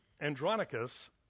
Andronicus